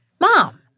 Mom